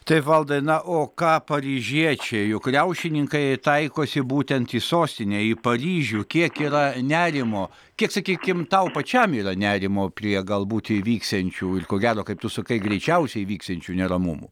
taip valdai na o ką paryžiečiai juk riaušininkai taikosi būtent į sostinę į paryžių kiek yra nerimo kiek sakykim tau pačiam yra nerimo prie galbūt įvyksiančių ir ko gero kaip tu sakai greičiausiai vyksiančių neramumų